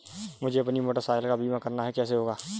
मुझे अपनी motorcycle का बीमा करना है कैसे होगा?